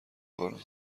کنم